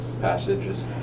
passages